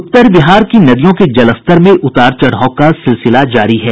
उत्तर बिहार की नदियों के जलस्तर में उतार चढ़ाव का सिलसिला जारी है